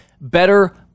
better